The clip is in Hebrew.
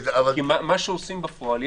כי מה שעושים בפועל,